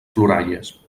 ploralles